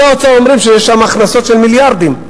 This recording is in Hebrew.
פקידי האוצר אומרים שיש שם הכנסות של מיליארדים,